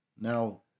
now